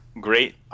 great